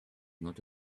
not